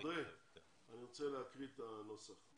אני רוצה להקריא את הנוסח.